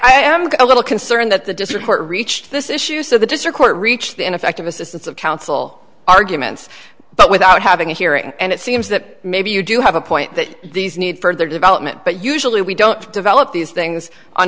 get a little concerned that the district court reached this issue so the district court reached the ineffective assistance of counsel arguments but without having a hearing and it seems that maybe you do have a point that these need further development but usually we don't develop these things on